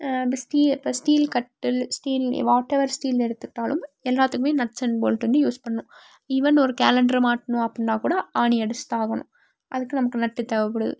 இப்போ ஸ்டீ இப்போ ஸ்டீல் கட்டில் ஸ்டீல் வாட்எவர் ஸ்டீல் எடுத்துக்கிட்டாலும் எல்லாத்துக்குமே நட்ஸ் அண்ட் போல்ட் வந்து யூஸ் பண்ணும் ஈவன் ஒரு கேலண்டர மாட்டணும் அப்புடின்னா கூட ஆணி அடித்து தான் ஆகணும் அதுக்கு நமக்கு நட்டு தேவைப்படுது